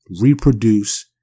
reproduce